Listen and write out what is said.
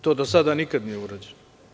To do sada nikad nije urađeno.